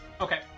Okay